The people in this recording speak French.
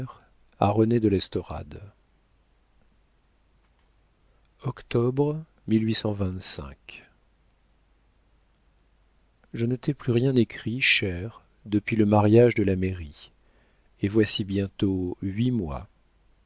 de l'estorade octobre je ne t'ai plus rien écrit chère depuis le mariage de la mairie et voici bientôt huit mois